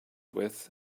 with